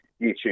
YouTube